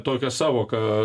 tokia sąvoka